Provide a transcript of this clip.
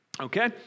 Okay